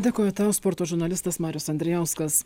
dėkoju tau sporto žurnalistas marius andrijauskas